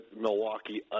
Milwaukee